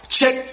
Check